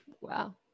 wow